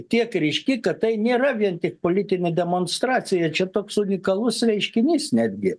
tiek ryški kad tai nėra vien tik politinė demonstracija čia toks unikalus reiškinys netgi